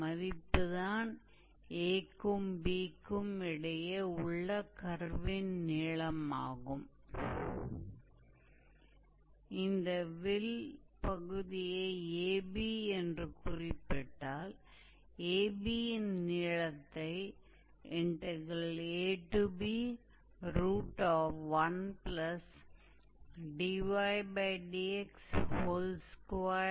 अब यह इस फॉर्मूला के बराबर है और हम देख सकते हैं कि आर्क की लंबाई के लिए गणना इस फॉर्मूला द्वारा दी जा सकती है